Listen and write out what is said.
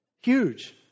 Huge